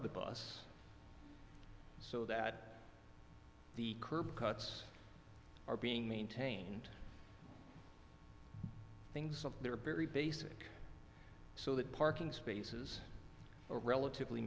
of the bus so that the curb cuts are being maintained things of there are very basic so that parking spaces are relatively